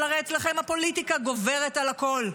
אבל אצלכם הרי הפוליטיקה גוברת על הכול,